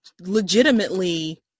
legitimately